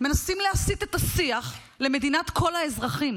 מנסים להסיט את השיח למדינת כל האזרחים,